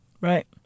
Right